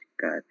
God